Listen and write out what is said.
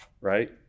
right